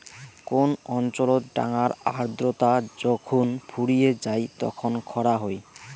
কোন অঞ্চলত ডাঙার আর্দ্রতা যখুন ফুরিয়ে যাই তখন খরা হই